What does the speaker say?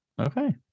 Okay